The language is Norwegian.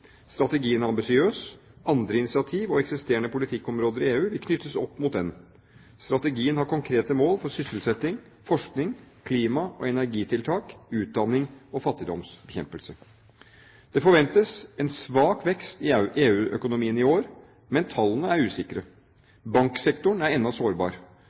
Strategien er ambisiøs. Andre initiativ og eksisterende politikkområder i EU vil knyttes opp mot den. Strategien har konkrete mål for sysselsetting, forskning, klima- og energitiltak, utdanning og fattigdomsbekjempelse. Det forventes en svak vekst i EU-økonomiene i år, men tallene er usikre. Banksektoren er ennå sårbar.